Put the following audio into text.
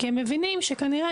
כי הם מבינים שכנראה,